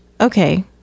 Okay